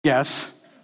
Yes